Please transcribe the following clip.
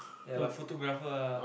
ya lah photographer lah